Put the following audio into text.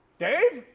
dave?